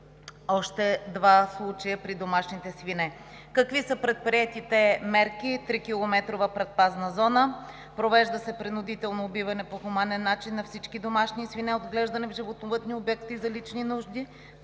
още два случая при домашните свине. Предприетите мерки са: трикилометрова предпазна зона; провежда се принудително убиване по хуманен начин на всички домашни свине, отглеждани в животновъдни обекти за лични нужди;